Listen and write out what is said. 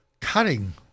cutting